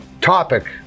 topic